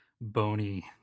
bony